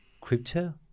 crypto